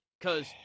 Cause